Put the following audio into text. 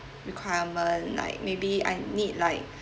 requirement like maybe I need like